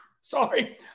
Sorry